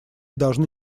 должны